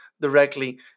directly